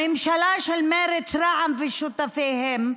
הממשלה של מרצ, רע"מ ושותפיהם,